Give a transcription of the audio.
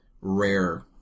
rare